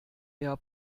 eher